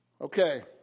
Okay